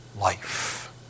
life